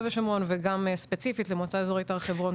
ושומרון וגם ספציפית למועצה אזורית הר חברון.